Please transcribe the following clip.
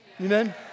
Amen